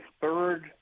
third